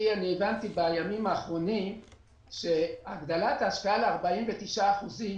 הבנתי שהגדלת ההשקעה ל-49% אחוזים